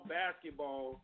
basketball